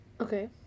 Okay